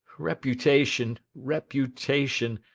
reputation, reputation,